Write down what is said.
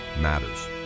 Matters